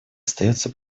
остается